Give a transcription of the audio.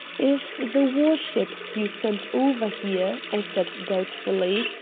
if the war-ships you send over here, i said doubtfully,